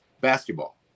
basketball